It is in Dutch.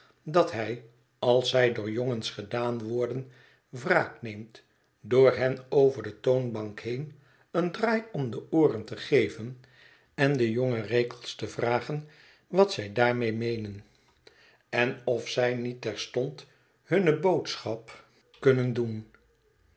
dat hij als zij door jongens gedaan worden wraak neemt door hen over de toonbank heen een draai om de ooren te geven en de jonge rekels te vragen wat zij daarmee meenen en of zij niet terstond hunne boodschap kunnen het